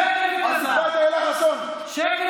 שקר